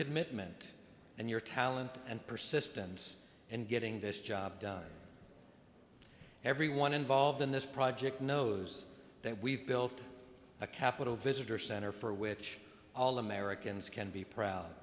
kid mitt meant and your talent and persistence and getting this job done and everyone involved in this project knows that we've built a capitol visitor center for which all americans can be proud